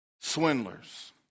Swindlers